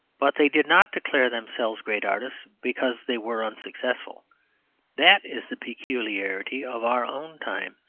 but they did not declare themselves great artists because they were unsuccessful that is the peculiarity of our own time,